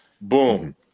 Boom